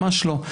ממש לא.